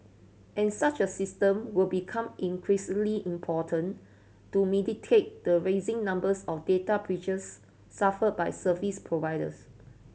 and such a system will become increasingly important to mitigate the rising numbers of data breaches suffered by services providers